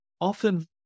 often